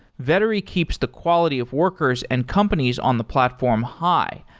vettery keeps the quality of workers and companies on the platform high,